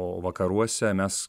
o vakaruose mes